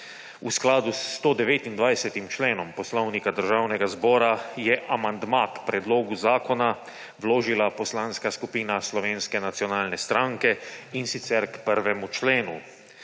V skladu s 129. členom Poslovnika Državnega zbora je amandma k predlogu zakona vložila Poslanska skupina Slovenske nacionalne stranke, in sicer k 1. členu.